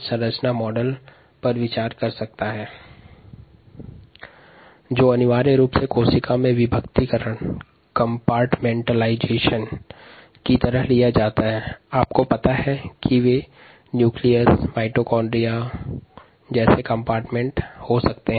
संरचनाकरण model कोशिका के विभागानुसार होते है उदाहरणार्थ कोशिका में केंद्रक और माइटोकॉण्ड्रिया जैसे विभाग हो सकते हैं